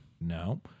No